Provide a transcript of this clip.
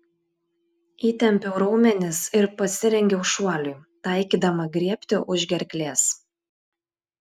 įtempiau raumenis ir pasirengiau šuoliui taikydama griebti už gerklės